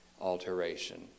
alteration